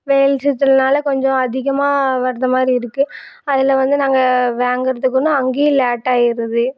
வெயில் சீசன்னால் கொஞ்சம் அதிகமாக வர்றது மாதிரி இருக்குது அதில் வந்து நாங்கள் வாங்கிறதுக்குனு அங்கேயும் லேட் ஆகிருது